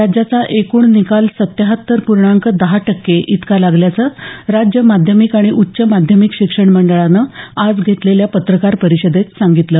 राज्याचा एकूण निकाल सत्त्याहत्तर पूर्णांक दहा टक्के इतका लागल्याचं राज्य माध्यमिक आणि उच्च माध्यमिक शिक्षण मंडळानं आज घेतलेल्या पत्रकार परिषदेत सांगितलं